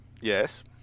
Yes